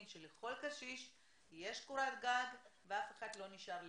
שלכל קשיש יש קורת גג ואף אחד לא נשאר לבד.